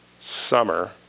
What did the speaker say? summer